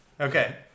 Okay